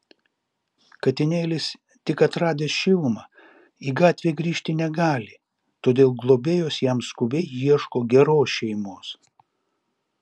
katinėlis tik atradęs šilumą į gatvę grįžti negali todėl globėjos jam skubiai ieško geros šeimos